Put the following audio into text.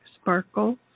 Sparkle